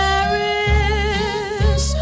Paris